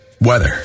weather